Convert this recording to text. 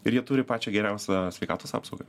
ir jie turi pačią geriausią sveikatos apsaugą